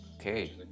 okay